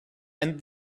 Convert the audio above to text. and